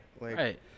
Right